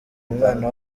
umwana